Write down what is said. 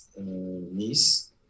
Nice